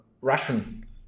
Russian